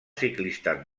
ciclistes